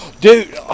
Dude